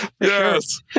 Yes